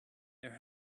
there